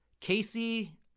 Casey